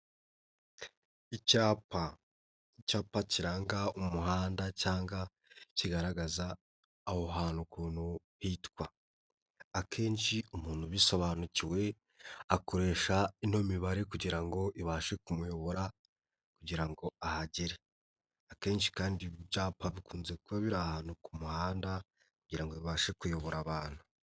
Icyapa, icyapa kiranga umuhanda cyangwa kigaragaza aho hantu ukuntu hitwa, akenshi umuntu ubisobanukiwe akoresha ino mibare kugira ngo ibashe kumuyobora kugira ngo ahagere, akenshi kandi ibu byapa bikunze kuba biri ahantu ku muhanda kugira ngo bibashe kuyobora abantu.